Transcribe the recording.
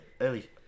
Early